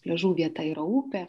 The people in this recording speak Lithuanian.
pliažų vieta yra upė